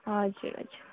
हजुर हजुर